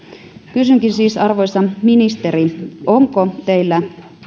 kysynkin arvoisa ministeri onko teillä